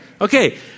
Okay